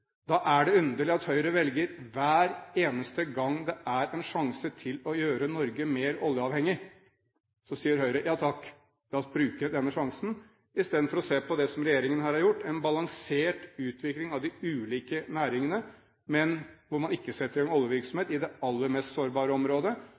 Da er det underlig at Høyre hver eneste gang det er en sjanse til å gjøre Norge mer oljeavhengig, velger å si ja takk, la oss bruke denne sjansen, istedenfor å se på det som regjeringen her har gjort: en balansert utvikling av de ulike næringene, hvor man ikke setter inn oljevirksomhet i